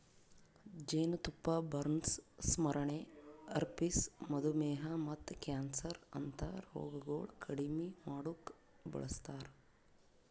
ಜೇನತುಪ್ಪ ಬರ್ನ್ಸ್, ಸ್ಮರಣೆ, ಹರ್ಪಿಸ್, ಮಧುಮೇಹ ಮತ್ತ ಕ್ಯಾನ್ಸರ್ ಅಂತಾ ರೋಗಗೊಳ್ ಕಡಿಮಿ ಮಾಡುಕ್ ಬಳಸ್ತಾರ್